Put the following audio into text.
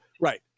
Right